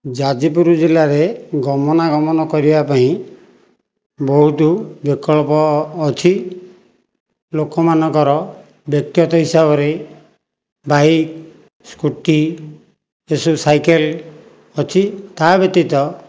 ଯାଜପୁର ଜିଲ୍ଲାରେ ଗମନାଗମନ କରିବା ପାଇଁ ବହୁତ ବିକଳ୍ପ ଅଛି ଲୋକମାନଙ୍କର ବ୍ୟକ୍ତିଗତ ହିସାବରେ ବାଇକ ସ୍କୁଟି ଏହି ସବୁ ସାଇକେଲ ଅଛି ତା ବ୍ୟତୀତ